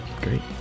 Great